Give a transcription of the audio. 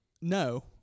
No